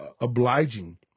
obliging